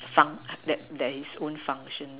some that there is own function